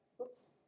Oops